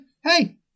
hey